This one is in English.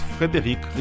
Frédéric